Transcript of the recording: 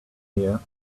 here